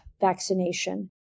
vaccination